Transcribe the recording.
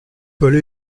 paul